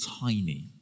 tiny